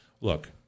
look